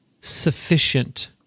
sufficient